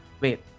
wait